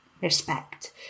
respect